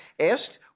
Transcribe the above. Asked